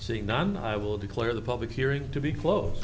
see none i will declare the public hearing to be close